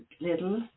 little